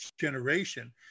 generation